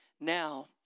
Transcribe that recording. now